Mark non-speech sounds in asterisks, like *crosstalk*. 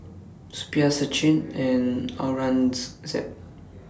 Suppiah Sachin and *unintelligible*